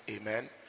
amen